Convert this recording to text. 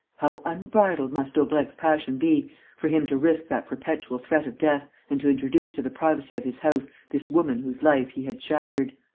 how unbridled must daubrecq's passion be for him to risk that perpetual threat of death and to introduce to the privacy of his house this woman whose life he had shattered!